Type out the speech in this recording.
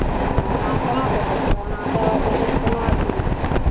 हँ एना कोना देतै दवाइ एना दवाइ देतै तऽ कोनो अथी नहि हेतै